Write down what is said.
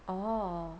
orh